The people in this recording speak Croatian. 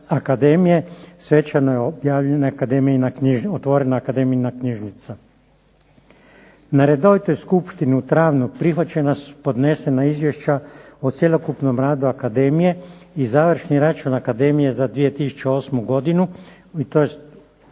Akademija svečano je otvorena akademijina knjižnica. Na redovitoj skupštini u travnju prihvaćena su podnesena izvješća o cjelokupnom radu akademije i završni račun akademije za 2008. godinu i to se